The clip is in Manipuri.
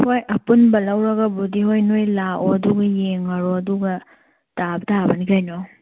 ꯍꯣꯏ ꯑꯄꯨꯟꯕ ꯂꯧꯔꯒꯕꯨꯗꯤ ꯍꯣꯏ ꯅꯣꯏ ꯂꯥꯛꯑꯣ ꯑꯗꯨꯒ ꯌꯦꯡꯉꯔꯣ ꯑꯗꯨꯒ ꯇꯥꯕ ꯇꯥꯕꯅꯤ ꯀꯩꯅꯣ